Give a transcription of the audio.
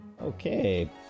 Okay